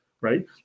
right